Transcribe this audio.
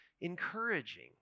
encouraging